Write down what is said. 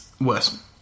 Worse